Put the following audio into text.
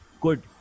good